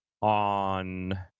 on